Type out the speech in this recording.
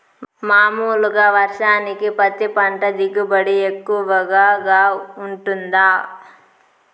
మామూలుగా వర్షానికి పత్తి పంట దిగుబడి ఎక్కువగా గా వుంటుందా?